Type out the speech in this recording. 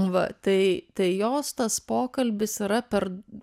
va tai tai jos tas pokalbis yra per